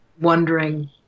wondering